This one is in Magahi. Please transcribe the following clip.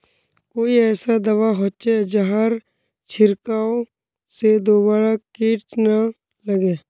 कोई ऐसा दवा होचे जहार छीरकाओ से दोबारा किट ना लगे?